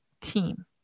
team